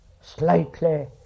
slightly